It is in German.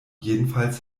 jedenfalls